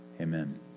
Amen